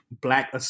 black